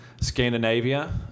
Scandinavia